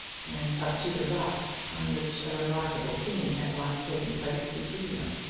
and up to the rocks on which a remarkable scene had once taken place between them.